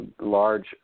large